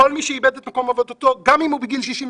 כל מי שאיבד את מקום עבודתו, גם אם הוא בגיל 62,